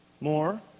More